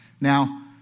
Now